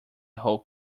whole